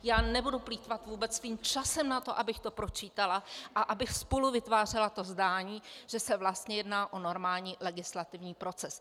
Já nebudu plýtvat vůbec svým časem na to, abych to pročítala a abych spoluvytvářela to zdání, že se vlastně jedná o normální legislativní proces.